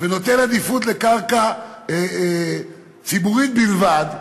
ונותן עדיפות לקרקע ציבורית בלבד,